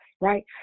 Right